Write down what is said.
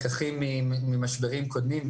לקחים ממשברים קודמים,